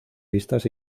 vistas